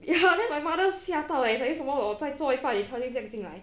ya then my mother 吓到 eh 为什么我在做一半你突然间进来